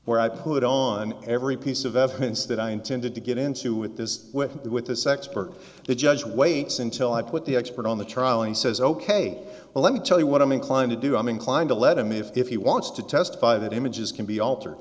where i put on every piece of evidence that i intended to get into with this with the with this expert the judge waits until i put the expert on the trial and says ok well let me tell you what i'm inclined to do i'm inclined to let him if he wants to testify that images can be altered